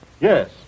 Yes